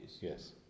yes